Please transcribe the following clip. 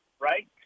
right